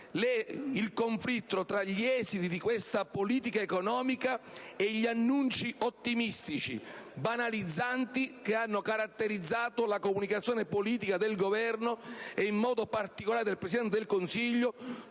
il conflitto tra gli esiti di questa politica economica e gli annunci ottimistici, banalizzanti, che hanno caratterizzato la comunicazione politica del Governo, e in modo particolare, del Presidente del Consiglio,